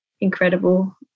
incredible